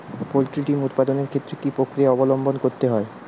Poultry ডিম উৎপাদনের ক্ষেত্রে কি পক্রিয়া অবলম্বন করতে হয়?